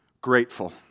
grateful